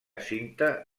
cinta